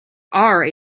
are